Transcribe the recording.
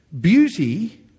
Beauty